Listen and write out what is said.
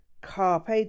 Carpe